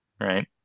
right